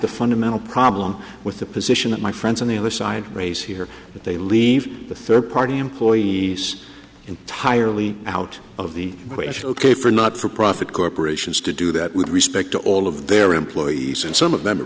the fundamental problem with the position that my friends on the other side raise here that they leave the third party employees entirely out of the equation ok for not for profit corporations to do that with respect to all of their employees and some of them are